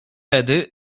tedy